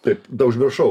taip da užmiršau